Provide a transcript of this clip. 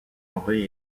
aurait